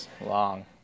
Long